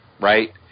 right